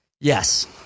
Yes